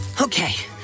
Okay